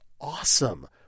awesome